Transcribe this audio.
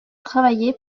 travailler